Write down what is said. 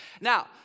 Now